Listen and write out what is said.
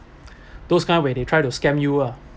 those kind where they try to scam you ah